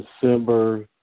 December